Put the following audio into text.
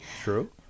True